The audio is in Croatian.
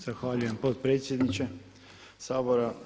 Zahvaljujem potpredsjedniče Sabora.